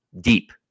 deep